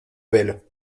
belle